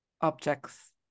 objects